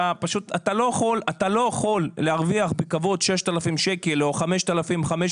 אתה לא יכול להרוויח בכבוד 6,000 שקל או 5,500